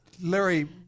Larry